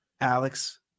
Alex